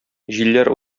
җилләр